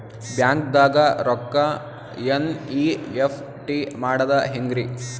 ಬ್ಯಾಂಕ್ದಾಗ ರೊಕ್ಕ ಎನ್.ಇ.ಎಫ್.ಟಿ ಮಾಡದ ಹೆಂಗ್ರಿ?